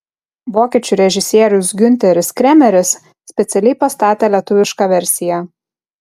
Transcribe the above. vokiečių režisierius giunteris kremeris specialiai pastatė lietuvišką versiją